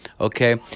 okay